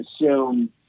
assume